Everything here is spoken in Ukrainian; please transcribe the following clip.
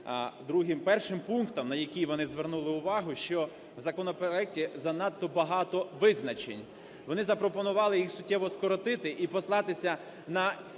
другим… першим пунктом, на який вони звернули увагу, що в законопроекті занадто багато визначень. Вони запропонували їх суттєво скоротити і послатися на